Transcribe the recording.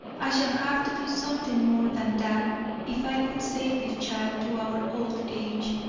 i shall have to do something more than that if i would save this child to our old age.